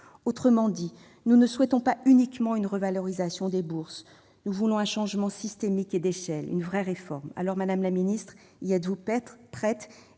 Autrement dit, nous ne souhaitons pas uniquement une revalorisation des bourses : nous voulons un changement systémique et d'échelle, une vraie réforme. Madame la ministre, y êtes-vous prête ?